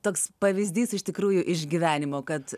toks pavyzdys iš tikrųjų iš gyvenimo kad